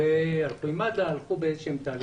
ומד"א הלכו באיזשהם תהליכים.